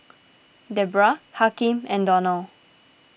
Deborrah Hakim and Donal